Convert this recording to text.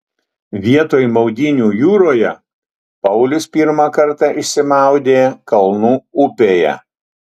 vietoj maudynių jūroje paulius pirmą kartą išsimaudė kalnų upėje